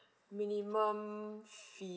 minimum fee